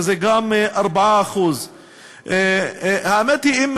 שזה גם 4%. האמת היא,